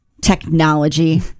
Technology